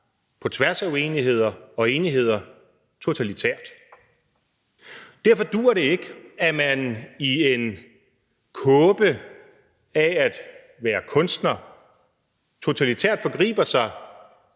på tværs af uenigheder og enigheder, totalitært. Derfor duer det ikke, at man i en kåbe af at være kunstner totalitært forgriber sig